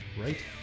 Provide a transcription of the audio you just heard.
Right